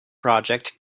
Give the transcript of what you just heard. project